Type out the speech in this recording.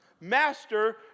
Master